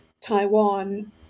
Taiwan